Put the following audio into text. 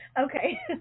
Okay